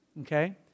okay